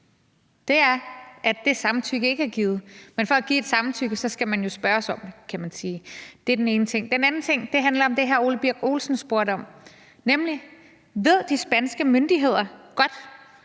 er, at det samtykke ikke er givet. Men for at give et samtykke, skal man jo spørges om det, kan man sige. Det er den ene ting. Den anden ting handler om det her, hr. Ole Birk Olesen spurgte om, nemlig om de spanske myndigheder godt